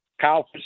Kyle